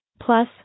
Plus